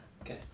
Okay